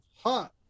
Hot